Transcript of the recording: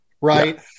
right